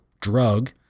drug